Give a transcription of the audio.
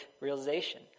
realization